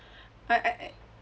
I I I